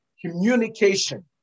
communication